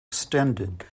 extended